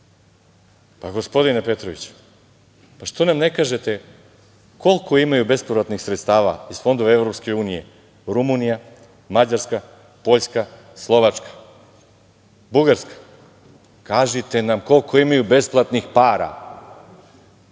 gospodine Petroviću, pa što nam ne kažete koliko imaju bespovratnih sredstava iz fondova EU, Rumunija, Mađarska, Poljska, Slovačka, Bugarska. Kažite nam koliko imaju besplatnih para.